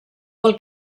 pel